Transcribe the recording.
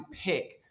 pick